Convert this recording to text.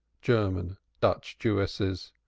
german, dutch jewesses,